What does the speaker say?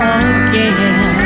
again